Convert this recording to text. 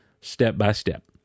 step-by-step